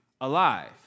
alive